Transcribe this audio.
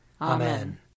Amen